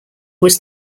was